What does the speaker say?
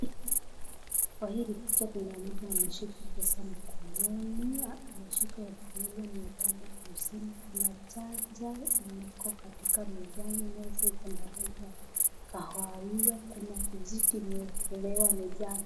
Kwa hili huku kuna mtu ameshika pesa mkononi ameshika elfu moja mia tano na hamsini. Kuna chaja imekaa katika mezani. Meza iko na rangi ya kahawia. Kuna kijiti kimeelewa mezani.